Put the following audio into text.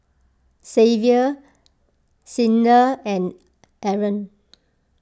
Xavier Clyda and Arah